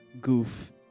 goof